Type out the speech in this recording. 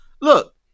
look